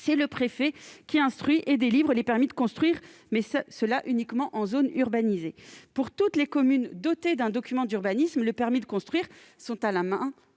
c'est le préfet qui instruit et délivre les permis de construire, mais uniquement en zone urbanisée. Pour toutes les communes dotées d'un document d'urbanisme, les permis de construire sont à la main